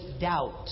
doubt